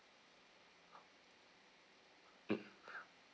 mm